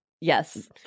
Yes